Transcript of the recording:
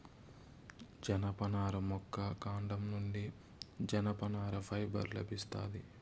జనపనార మొక్క కాండం నుండి జనపనార ఫైబర్ లభిస్తాది